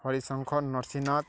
Harishankar Narsinath